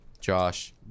Josh